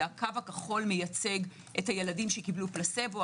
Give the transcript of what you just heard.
הקו הכחול מייצג את הילדים שקיבלו פלסבו,